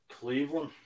Cleveland